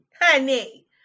honey